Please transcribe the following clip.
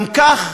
גם כך,